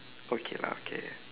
okay lah K